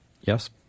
Yes